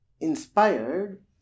Inspired